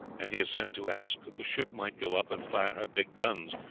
and he has sent to ask that the ship might go up and fire her big guns,